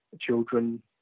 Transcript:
children